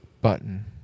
button